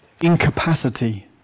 incapacity